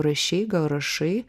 rašei gal rašai